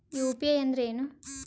UPI ಅಂದ್ರೆ ಏನು?